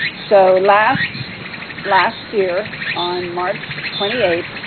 so last last year on march twenty eight,